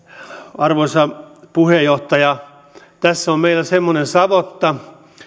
arvoisa puheenjohtaja tässä on meillä semmoinen savotta